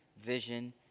vision